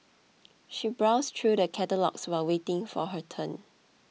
she browsed through the catalogues while waiting for her turn